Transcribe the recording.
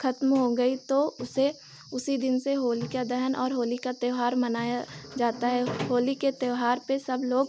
खत्म हो गई तो उसे उसी दिन से होलिका दहन और होली का त्यौहार मनाया जाता है होली के त्यौहार पर सब लोग